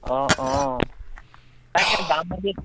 অঁ অঁ তাকে বাম মাটিত